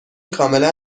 کاملا